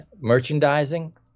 merchandising